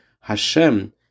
Hashem